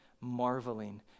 marveling